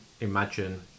imagine